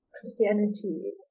Christianity